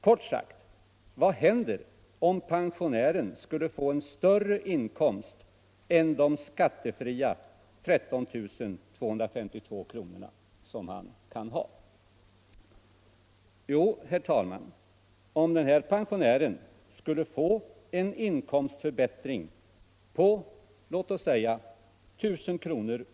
Kort sagt: Vad händer om pensionären skulle få en större inkomst än de skattefria 13 252 kronorna? Jo, herr talman, om den här pensionären skulle få en inkomstförbättring på låt oss säga 1 000 kr.